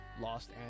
Lost